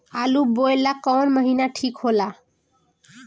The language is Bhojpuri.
आलू बोए ला कवन महीना ठीक हो ला?